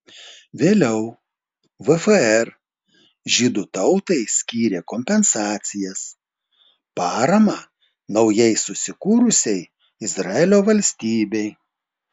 vėliau vfr žydų tautai skyrė kompensacijas paramą naujai susikūrusiai izraelio valstybei